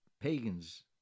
pagans